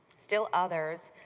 still others,